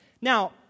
Now